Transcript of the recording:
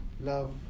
Love